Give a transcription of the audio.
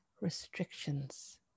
restrictions